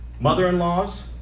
mother-in-laws